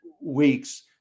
weeks